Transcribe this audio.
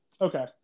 Okay